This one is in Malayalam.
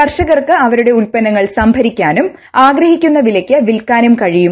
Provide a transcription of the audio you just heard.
കർഷകർക്ക് അവരുടെ ഉൽപ്പന്നങ്ങൾ സംഭരിക്കാനും ആഗ്രഹിക്കുന്ന വിലയ്ക്ക് വിൽക്കാനും കഴിയും